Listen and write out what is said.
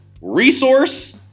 resource